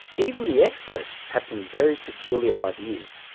even the experts have some very peculiar ideas.